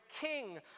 King